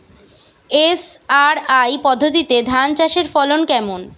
SRI পদ্ধতিতে ধান চাষের ফলন কেমন?